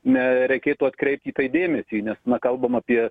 ne reikėtų atkreipt į tai dėmesį nes na kalbam apie